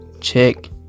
check